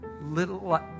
little